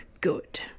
good